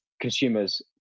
consumers